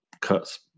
cuts